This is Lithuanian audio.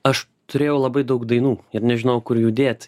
aš turėjau labai daug dainų ir nežinojau kur jų dėt